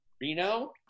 Reno